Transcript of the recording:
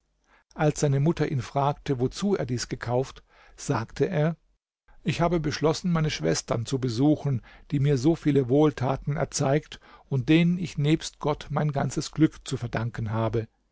als seine mutter ihn fragte wozu er dies gekauft sagte er ich habe beschlossen meine schwestern zu besuchen die mir so viele wohltaten erzeigt und denen ich nebst gott mein ganzes glück zu verdanken habe